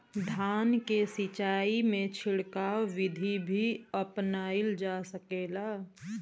धान के सिचाई में छिड़काव बिधि भी अपनाइल जा सकेला?